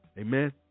Amen